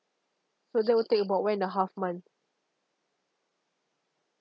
so that will take about one and a half month